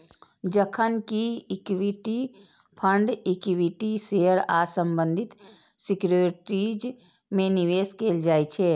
जखन कि equity fund equity share आ संबंधित सिक्योरिटीज मे निवेश कैल जाइ छै